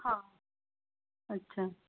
हां अच्छा